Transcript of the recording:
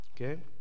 okay